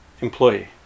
employee